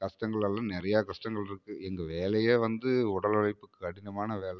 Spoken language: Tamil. கஷ்டங்கள் எல்லாம் நிறையா கஷ்டங்கள் இருக்குது எங்கள் வேலையே வந்து உடல் உழைப்புக்கு கடினமான வேலை